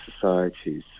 societies